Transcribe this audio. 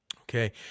Okay